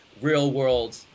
real-world